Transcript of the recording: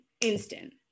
instant